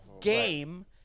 game